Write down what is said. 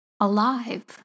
Alive